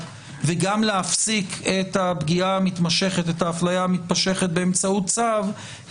וגם להפסיק את הפגיעה ואת האפליה המתמשכת באמצעות צו,